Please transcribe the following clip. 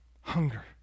hunger